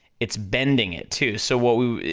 it's bending it too, so what we,